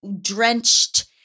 drenched